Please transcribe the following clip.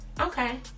Okay